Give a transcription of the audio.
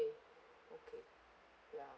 okay okay ya